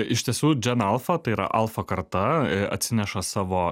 iš tiesų džen alfa tai yra alfa karta atsineša savo